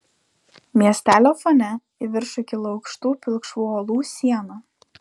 miestelio fone į viršų kilo aukštų pilkšvų uolų siena